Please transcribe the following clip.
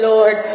Lord